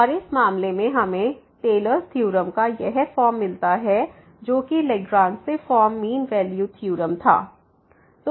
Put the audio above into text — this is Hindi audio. और इस मामले में हमें टेलर्स थ्योरम Taylor's theorem का यह फॉर्म मिलता है जो कि Lagrange form mean value theorem था